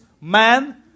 man